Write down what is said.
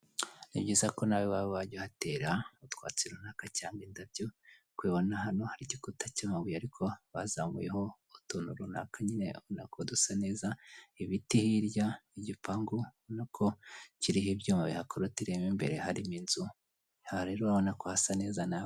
Ni byiza ko nawe iwawe wjya uhatera utwatsi runaka cyangwa indabyo, nk'uko unibona hano hari igikuta cy'amabuye ariko bazamuye utuntu runaka, nyine ubona ko dusa neza ibiti hirya, igipangu ubona ko kiriho ibyo hakorotiriye mo imbere harimo inzu aha rero urabona ko hasa neza.